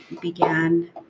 began